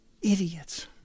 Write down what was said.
Idiots